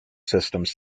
systems